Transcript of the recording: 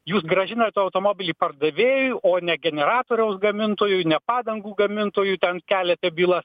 jūs grąžinate automobilį pardavėjui o ne generatoriaus gamintojui ne padangų gamintojui ten keliate bylas